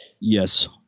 yes